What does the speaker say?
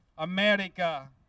America